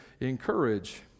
encourage